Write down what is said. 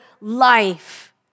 life